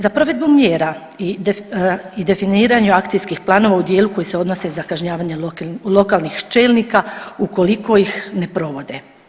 Za provedbu mjera i definiranju akcijskih planova u dijelu koji se odnosi za kažnjavanje lokalnih čelnika, ukoliko ih ne provode.